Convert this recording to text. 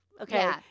Okay